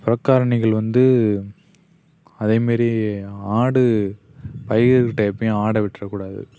புறக்காரணிகள் வந்து அதேமாரி ஆடு பயிர்கிட்டே எப்பையும் ஆடை விட்டுறக்கூடாது